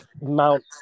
Mount